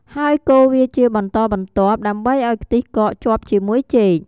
ហើយកូរវាជាបន្តបន្ទាប់ ដើម្បីឱ្យខ្ទិះកកជាប់ជាមួយចេក។